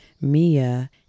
Mia